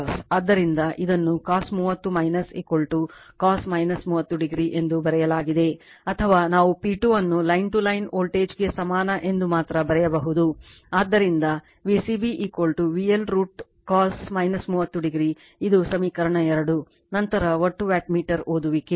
ಆದ್ದರಿಂದ ಇದನ್ನು cos 30o cos 30o ಎಂದು ಬರೆಯಲಾಗಿದೆ ಅಥವಾ ನಾವು P2 ಅನ್ನು ಲೈನ್ ಟು ಲೈನ್ ವೋಲ್ಟೇಜ್ಗೆ ಸಮಾನ ಎಂದು ಮಾತ್ರ ಬರೆಯಬಹುದು ಆದ್ದರಿಂದ V c b VL √ cos 30 o ಇದು ಸಮೀಕರಣ 2 ನಂತರ ಒಟ್ಟು ವ್ಯಾಟ್ಮೀಟರ್ ಓದುವಿಕೆ